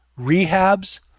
rehabs